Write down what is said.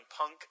punk